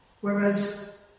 whereas